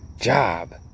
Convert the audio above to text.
job